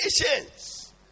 Patience